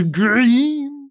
green